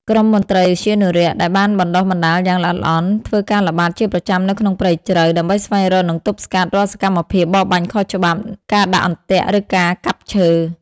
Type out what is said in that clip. ក្រុមមន្ត្រីឧទ្យានុរក្សដែលបានបណ្ដុះបណ្ដាលយ៉ាងល្អិតល្អន់ ធ្វើការល្បាតជាប្រចាំនៅក្នុងព្រៃជ្រៅ ដើម្បីស្វែងរក និងទប់ស្កាត់រាល់សកម្មភាពបរបាញ់ខុសច្បាប់ ការដាក់អន្ទាក់ ឬការកាប់ឈើ។